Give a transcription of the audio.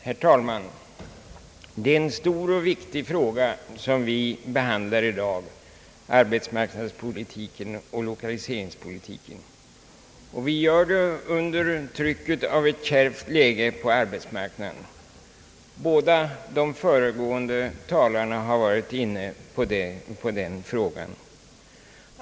Herr talman! Det är en stor och viktig fråga som vi behandlar i dag, arbetsmarknadspolitiken och = lokaliseringspolitiken, och vi gör det under trycket av ett kärvt läge på arbetsmarknaden — båda de föregående talarna har varit inne på den bakgrunden.